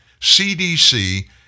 CDC